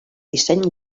disseny